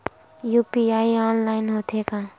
UPI online होथे का?